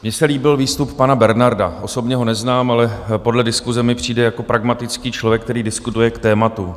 Mně se líbil výstup pana Bernarda, osobně ho neznám, ale podle diskuse mi přijde jako pragmatický člověk, který diskutuje k tématu.